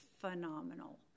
phenomenal